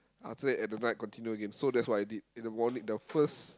after that at the night continue again so that's what I did in the morning the first